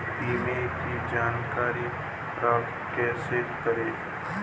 बीमा की जानकारी प्राप्त कैसे करें?